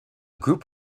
group